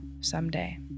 someday